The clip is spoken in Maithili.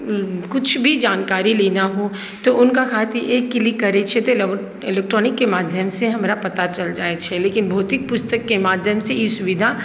किछु भी जानकारी लेना हो तो हुनका खातिर एक क्लिक करैत छियै तऽ इलेक्ट्रॉनिकके माध्यमसँ हमरा पता चलि जाइत छै लेकिन भौतिक पुस्तकके माध्यमसँ ई सुविधा